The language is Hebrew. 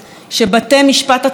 ובתי משפט עצמאיים,